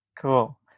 Cool